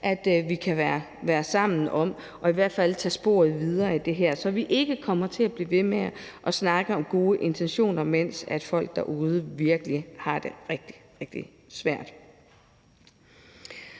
at vi kan være sammen om det og i hvert fald tage sporet videre i det her, så vi ikke kommer til at blive ved med at snakke om gode intentioner, mens folk derude virkelig har det rigtig, rigtig svært.